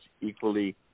equally